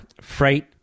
freight